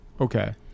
Okay